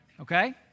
okay